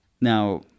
Now